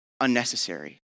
unnecessary